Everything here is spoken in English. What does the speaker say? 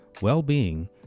well-being